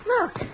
Look